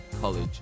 college